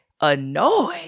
annoyed